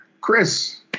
Chris